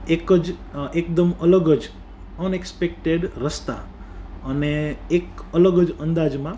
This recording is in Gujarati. એકજ એકદમ અલગજ અનએક્સપેકટેડ રસ્તા અને એક અલગ જ અંદાજમાં